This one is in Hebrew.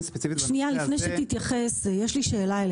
יש לי שאלה לפני כן.